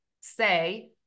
say